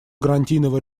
гарантийного